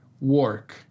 work